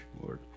Lord